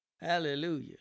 Hallelujah